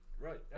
Right